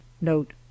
note